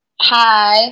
Hi